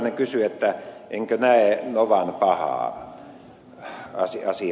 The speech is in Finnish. urpilainen kysyi enkö näe novan asiassa pahaa